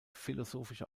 philosophische